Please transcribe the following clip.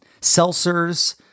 Seltzers